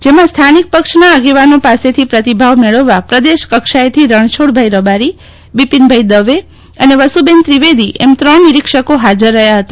જેમાં સ્થાનિક પક્ષના આગેવાનો પાસેથી પ્રતિભાવ મેળવવા પ્રદેશકક્ષાએથી રણછોડભાઇ રબારી બિપિનભાઇ દવે અને વસુબેન ત્રિવેદી એમ ત્રણ નિરીક્ષકો ફાજર રહ્યા ફતા